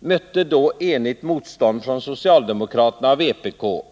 mötte då enigt motstånd från socialdemokraterna och vpk.